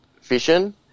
fishing